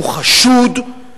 הוא חשוד,